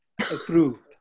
approved